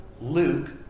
Luke